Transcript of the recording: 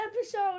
episode